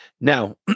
Now